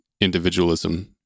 individualism